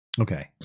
okay